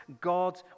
God